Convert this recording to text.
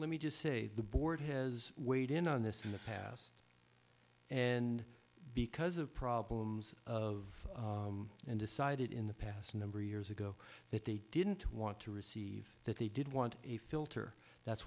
let me just say the board has weighed in on this in the past and because of problems of and decided in the past number of years ago that they didn't want to receive that they didn't want a filter that's